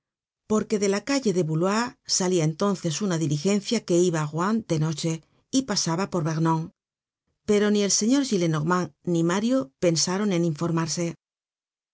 porque de la calle de bouloy salia entonces una diligencia que iba á ruan de noche y pasaba por vernon pero ni el señor gillenormand ni mario pensaron en informarse al